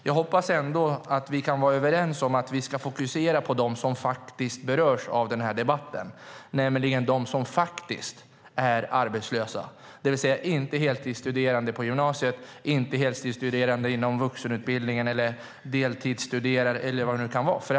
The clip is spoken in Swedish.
Jag hoppas att vi kan vara överens om att vi ska fokusera på dem som berörs av denna debatt, nämligen de arbetslösa, det vill säga inte heltidsstuderande på gymnasiet eller i vuxenutbildningen, deltidsstuderande eller vad det nu kan vara.